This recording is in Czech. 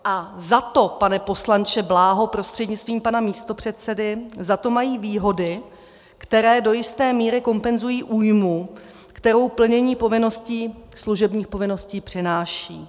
A za to, pane poslanče Bláho prostřednictvím pana místopředsedy, za to mají výhody, které do jisté míry kompenzují újmu, kterou plnění povinností, služebních povinností přináší.